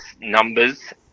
numbers